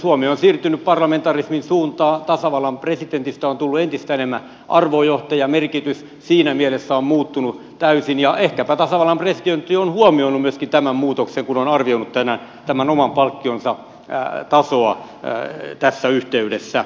suomi on siirtynyt parlamentarismin suuntaan tasavallan presidentistä on tullut entistä enemmän arvojohtaja merkitys siinä mielessä on muuttunut täysin ja ehkäpä tasavallan presidentti on huomioinut myöskin tämän muutoksen kun on arvioinut tämän oman palkkionsa tasoa tässä yhteydessä